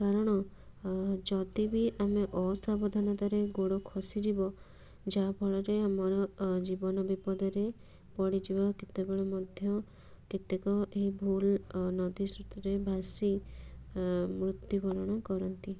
କାରଣ ଯଦି ବି ଆମେ ଅସାବଧାନତାରେ ଗୋଡ଼ ଖସିଯିବ ଯାହାଫଳରେ ଆମର ଅଁ ଜୀବନ ବିପଦରେ ପଡ଼ିଯିବ କେତେବେଳେ ମଧ୍ୟ କେତେକ ଏହି ଭୁଲ ଅ ନଦୀ ସ୍ରୋତରେ ଭାସି ଅଁ ମୃତ୍ୟୁବରଣ କରନ୍ତି